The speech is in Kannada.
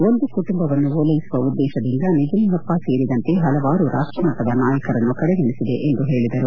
ಒಂದು ಕುಟುಂಬವನ್ನು ಓಲ್ಲೆಸುವ ಉದ್ಲೇಶದಿಂದ ನಿಜಲಿಂಗಪ್ಪ ಸೇರಿದಂತೆ ಹಲವಾರು ರಾಷ್ಷಮಟ್ಷದ ನಾಯಕರನ್ನು ಕಡೆಗಣಿಸಿದೆ ಎಂದು ಹೇಳಿದರು